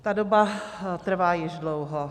Ta doba trvá již dlouho.